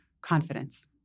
confidence